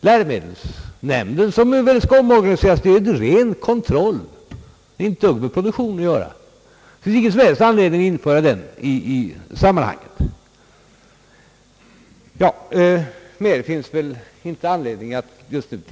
Läromedelsnämnden, som väl skall omorganiseras, är ett rent kontrollorgan och har inte ett dugg med produktionen att göra. Det finns ingen som helst anledning att införa den i sammanhanget.